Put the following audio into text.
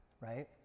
right